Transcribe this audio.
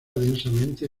densamente